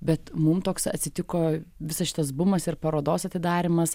bet mum toks atsitiko visas šitas bumas ir parodos atidarymas